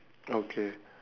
okay